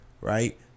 right